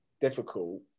difficult